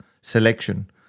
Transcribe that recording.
selection